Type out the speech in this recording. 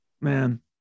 man